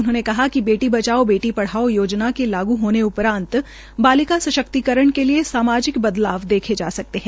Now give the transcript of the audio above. उन्होंने कहा कि बेटी बचाओ बेटी पढ़ाओ योजना के लागू होने के उपरान्त बालिका सशक्तिकरण के लिये सामाजिक बदलाव देखे जा सकते है